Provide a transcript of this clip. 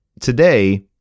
today